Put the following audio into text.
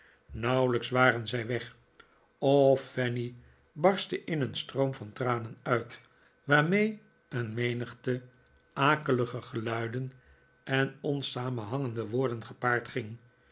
nauwelijks waren zij weg of fanny barstte in een stroom van tranen uit waarmee een menigte akelige geluiden en onsamenhangende woorden gepaard ging